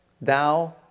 thou